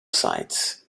sides